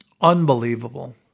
Unbelievable